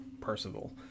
Percival